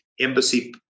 embassy